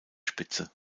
spitze